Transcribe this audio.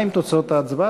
מה עם תוצאות ההצבעה?